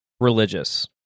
religious